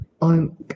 I'm-